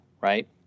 right